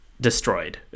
destroyed